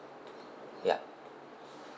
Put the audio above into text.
yup